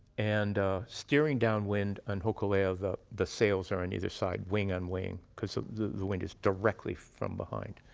and steering downwind on hokulea, the the sails are on either side, wing-on-wing, cause the wind is directly from behind.